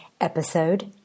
Episode